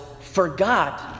forgot